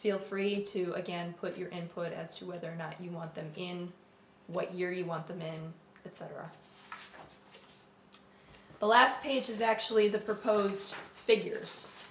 feel free to again put your input as to whether or not you want them in what year you want them in that sarah the last page is actually the proposed figures